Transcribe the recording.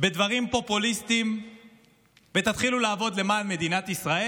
בדברים פופוליסטיים ותתחילו לעבוד למען מדינת ישראל?